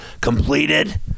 completed